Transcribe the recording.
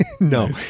no